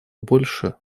больше